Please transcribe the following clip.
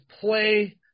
play